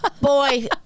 boy